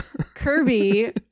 kirby